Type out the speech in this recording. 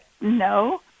no